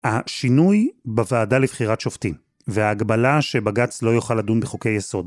השינוי בוועדה לבחירת שופטים וההגבלה שבגץ לא יוכל לדון בחוקי יסוד.